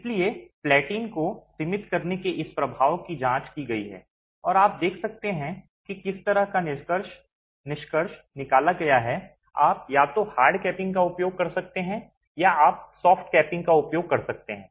इसलिए प्लैटिन को सीमित करने के इस प्रभाव की जांच की गई है और आप देख सकते हैं कि किस तरह का निष्कर्ष निकाला गया है आप या तो हार्ड कैपिंग का उपयोग कर सकते हैं या आप सॉफ्ट कैपिंग का उपयोग कर सकते हैं